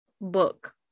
book